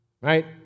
Right